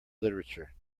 literature